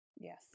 Yes